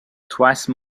twice